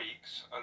weeks